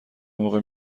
موقع